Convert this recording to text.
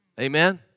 Amen